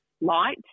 light